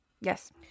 Yes